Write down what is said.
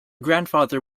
grandfather